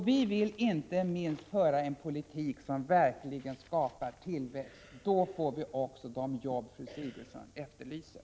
Vi vill inte minst föra en politik som verkligen skapar tillväxt. Då tillkommer också de jobb som fru Sigurdsen efterlyser.